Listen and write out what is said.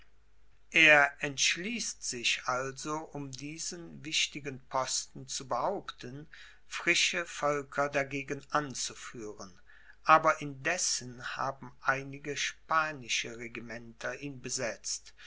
er entschließt sich also um diesen wichtigen posten zu behaupten frische völker dagegen anzuführen aber indessen haben einige spanische regimenter ihn besetzt